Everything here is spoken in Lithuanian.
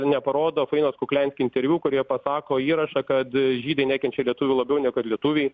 neparodo fainos kuklianski interviu kurioje pakako įrašą kad žydai nekenčia lietuvių labiau negu kad lietuviai